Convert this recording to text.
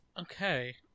Okay